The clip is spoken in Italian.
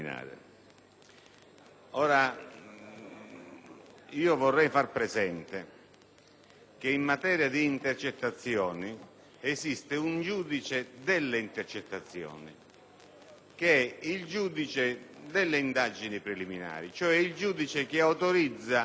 Vorrei far presente che in materia di intercettazioni esiste un giudice delle intercettazioni, che è il giudice delle indagini preliminari, cioè il giudice che autorizza le intercettazioni o meno.